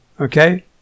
Okay